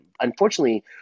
Unfortunately